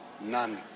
none